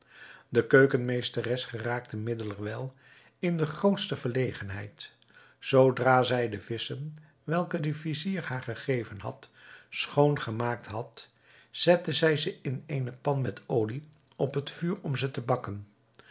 de keukenmeesteres geraakte middelerwijl in de grootste verlegenheid zoodra zij de visschen welke de vizier haar gegeven had schoon gemaakt had zette zij ze in eene pan met olie op het vuur om ze te bakken